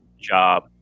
job